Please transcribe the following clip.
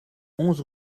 onze